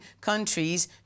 countries